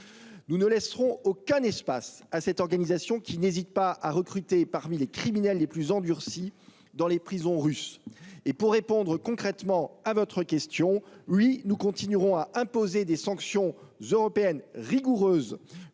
Nous ne laisserons aucun espace à cette organisation, qui n'hésite pas à recruter des criminels parmi les plus endurcis dans les prisons russes. Pour répondre concrètement à votre question, oui, nous continuerons à imposer des sanctions européennes rigoureuses